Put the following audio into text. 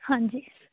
ਹਾਂਜੀ